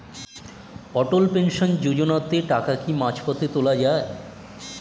অটল pension যোজনাতে টাকা কি মাঝপথে তোলা যায়?